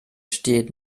steht